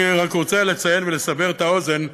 אני רק רוצה לציין ולסבר את האוזן,